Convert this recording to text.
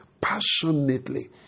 passionately